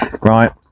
Right